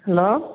hello